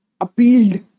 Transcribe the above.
appealed